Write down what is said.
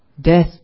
Death